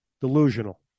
Delusional